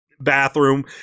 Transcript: bathroom